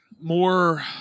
more